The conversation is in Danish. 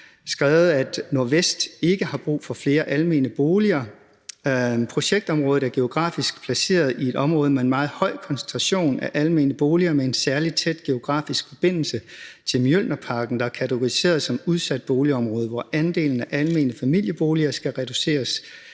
skrevet, at Nordvest ikke har brug for flere almene boliger, og at projektområdet er geografisk placeret i et område med en meget høj koncentration af almene boliger med en særlig tæt geografisk forbindelse til Mjølnerparken, der er kategoriseret som et udsat boligområde, hvor andelen af almene familieboliger skal reduceres